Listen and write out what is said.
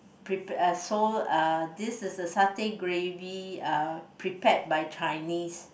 prep (pare) so uh this is the satay gravy uh prepared by Chinese